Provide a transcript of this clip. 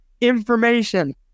information